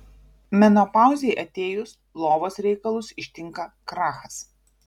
menopauzei atėjus lovos reikalus ištinka krachas